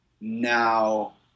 now